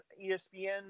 ESPN